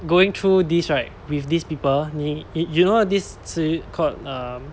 going through these right with these people 你 you know this 词 called um